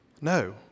No